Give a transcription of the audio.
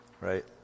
Right